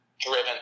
driven